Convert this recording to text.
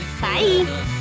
Bye